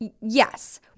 Yes